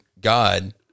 God